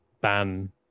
ban